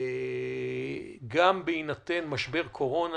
גם בהינתן משבר קורונה.